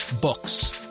Books